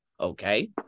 Okay